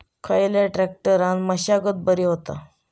खयल्या ट्रॅक्टरान मशागत बरी होता?